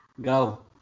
Go